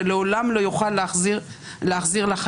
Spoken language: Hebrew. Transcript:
שלעולם לא יוכל להחזיר לחיים.